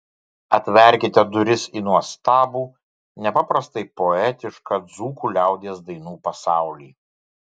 atverkite duris į nuostabų nepaprastai poetišką dzūkų liaudies dainų pasaulį